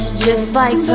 just like